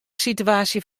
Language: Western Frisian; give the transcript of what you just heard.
situaasje